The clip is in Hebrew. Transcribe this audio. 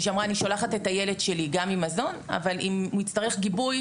אמרה שהיא שולחת את הילד שלה גם עם מזון אבל אם הוא יצטרך גיבוי,